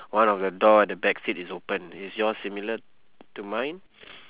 one of the door at the back seat is open is yours similar to mine